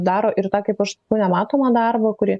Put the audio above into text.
daro ir tą kaip aš nematomą darbą kuri